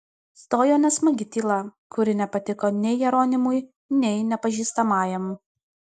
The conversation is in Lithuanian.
stojo nesmagi tyla kuri nepatiko nei jeronimui nei nepažįstamajam